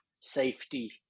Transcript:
safety